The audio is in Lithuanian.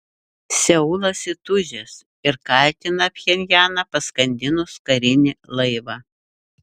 seulas įtūžęs ir kaltina pchenjaną paskandinus karinį laivą